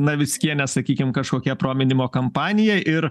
navickienės sakykim kažkokia prominimo kampanija ir